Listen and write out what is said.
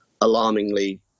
alarmingly